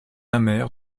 amer